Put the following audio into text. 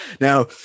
now